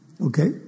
Okay